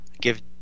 give